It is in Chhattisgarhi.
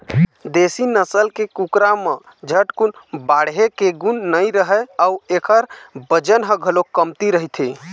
देशी नसल के कुकरा म झटकुन बाढ़े के गुन नइ रहय अउ एखर बजन ह घलोक कमती रहिथे